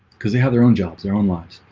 because they have their own jobs their own lives,